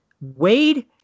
Wade